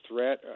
threat